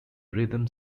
rhythm